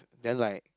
then like